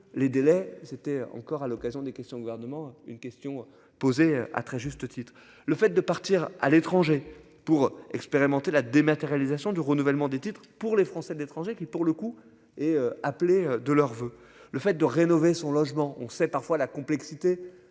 les délais c'était encore à l'occasion des questions au gouvernement. Une question posée à très juste titre, le fait de partir à l'étranger pour expérimenter la dématérialisation du renouvellement des titres pour les Français de l'étranger qui pour le coup est appelé de leurs voeux. Le fait de rénover son logement. On sait parfois la complexité